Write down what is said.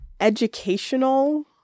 educational